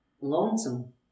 Lonesome